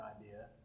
idea